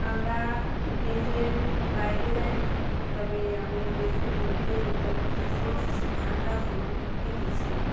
আমরা দেশের বাইরে যাই নি তবে আমি দেশের মধ্যেই উত্তরপ্রদেশে আমরা ভ্রমণ করতে গিয়েছিলাম